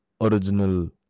original